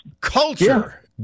culture